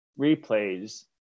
replays